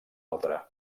altra